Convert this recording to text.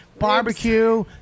Barbecue